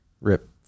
rip